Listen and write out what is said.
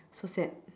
so sad